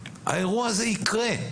האירוע הזה יקרה.